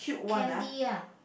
Candy lah